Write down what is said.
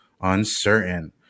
uncertain